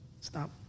Stop